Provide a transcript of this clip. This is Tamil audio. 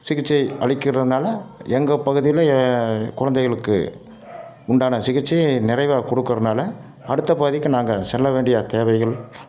சிகிச்சை அளிக்கிறதுனால எங்க பகுதியில் குழந்தைகளுக்கு உண்டான சிகிச்சை நிறைவாக கொடுக்கறனால அடுத்த பகுதிக்கு நாங்கள் செல்ல வேண்டிய தேவைகள்